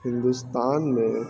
ہندوستان میں